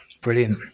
Brilliant